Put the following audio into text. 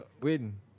Win